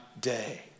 day